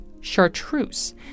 chartreuse